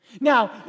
Now